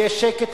ויהיה שקט,